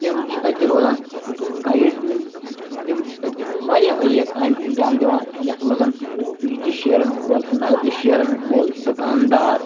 تِم چھِ تَتہِ روزان گایِڈ تہِ تِم چھِ تَتہِ واریاہ واریاہ کامہِ اَنجام دِوان یَتھ منٛز بِجلی شیرَن وول نَلکہٕ شیرَن وول دُکاندار